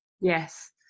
yes